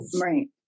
Right